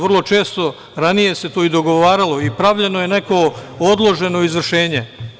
Vrlo često, ranije se to i dogovaralo i pravljeno je neko odloženo izvršenje.